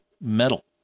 metal